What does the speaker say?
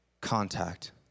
contact